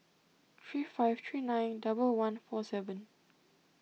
three five three nine double one four seven